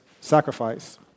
sacrifice